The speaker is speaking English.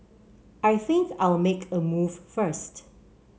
I think I'll make a move first